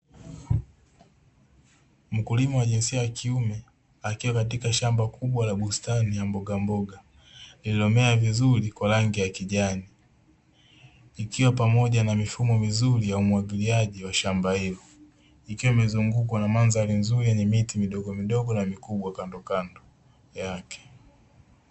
Mkulima wa jinsia ya kiume akiwa katika shamba kubwa la bustani ya mbogamboga, iliyomea vizuri kwa rangi ya kijani ikiwa pamoja na mifumo mizuri ya umwagiliaji wa shamba hilo, ikiwa imezungukwa na mandhari nzuri yenye miti midogomidogo na mikubwa kandokando yake.